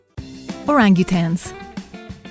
Orangutans